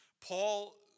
Paul